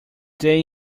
they